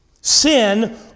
Sin